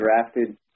drafted